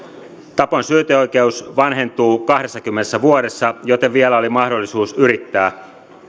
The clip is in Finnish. tapon syyteoikeus vanhentuu kahdessakymmenessä vuodessa joten vielä oli mahdollisuus yrittää